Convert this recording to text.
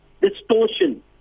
distortion